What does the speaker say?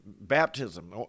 baptism